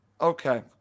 Okay